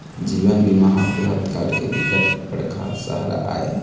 जीवन बीमा ह बुढ़त काल के बिकट बड़का सहारा आय